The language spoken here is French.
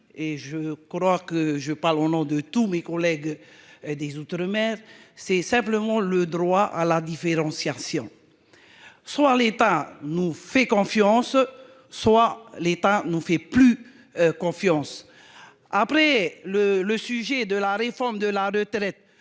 et je crois que je parle au nom de tous mes collègues. Des Outre-mer c'est simplement le droit à la différenciation. Soir l'état nous fait confiance, soit l'État nous fait plus. Confiance après le le sujet de la réforme de la de